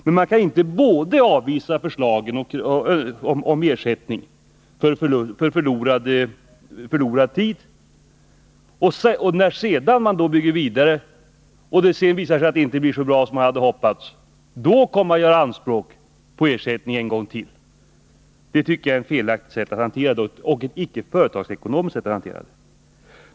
Men det går inte att både avvisa erbjudande om ersättning för bl.a. förlorad tid och därefter, när man har byggt vidare och allt inte gått som man hoppades, göra anspråk på ersättning. Det är en både felaktig och icke företagsekonomiskt riktig hantering.